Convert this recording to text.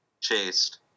chased